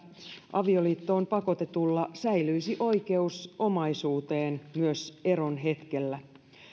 avioliittoon pakotetulla säilyisi oikeus omaisuuteen myös eron hetkellä